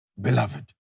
beloved